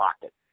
pocket